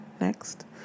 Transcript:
next